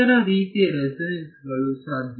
ಇತರ ರೀತಿಯ ರೆಸೋನೆನ್ಸ್ ಗಳು ಸಾಧ್ಯ